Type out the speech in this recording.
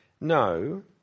No